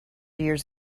years